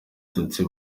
bahutu